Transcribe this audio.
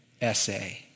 essay